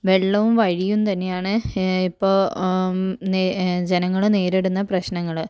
വെള്ളവും വഴിയും തന്നെയാണ് ഇപ്പോൾ ജനങ്ങള് നേരിടുന്ന പ്രശ്നങ്ങള്